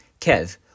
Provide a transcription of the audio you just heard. Kev